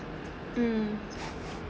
mm